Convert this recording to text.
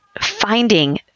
finding